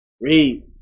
Read